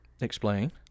Explain